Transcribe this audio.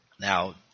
Now